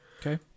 Okay